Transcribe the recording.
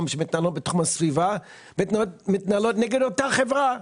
שמתנהלות בתחום הסביבה מתנהלות נגד אותה חברה,